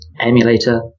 emulator